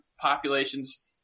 populations